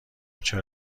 چرا